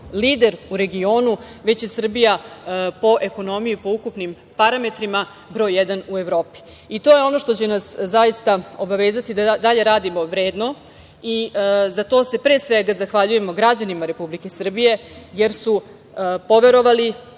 lider u regionu, već je Srbija po ekonomiji, po ukupnim parametrima broj jedan u Evropi. To je ono što će nas zaista obavezati da i dalje radimo vredno i za to se pre svega zahvaljujemo građanima Republike Srbije jer su poverovali,